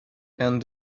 and